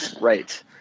Right